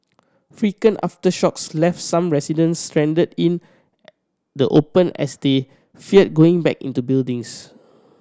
frequent aftershocks left some residents stranded in the open as they feared going back into buildings